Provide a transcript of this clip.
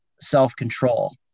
self-control